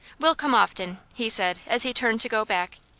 we'll come often, he said as he turned to go back.